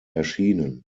erschienen